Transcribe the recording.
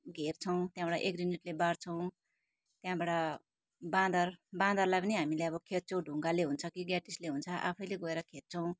घेर्छौँ त्यहाँबाट एग्रोनेटले बार्छौँ त्यहाँबटा बाँदर बाँदरलाई पनि हामीले अब खेद्छु ढुङ्गाले हुन्छ कि ग्याटिसले हुन्छ आफैले गएर खेद्छौँ